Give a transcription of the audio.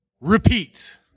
Repeat